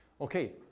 Okay